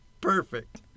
Perfect